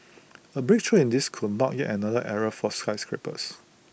A breakthrough in this could mark yet another era for skyscrapers